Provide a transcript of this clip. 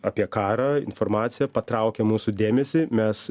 apie karą informacija patraukia mūsų dėmesį mes